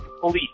police